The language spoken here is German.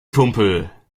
kumpel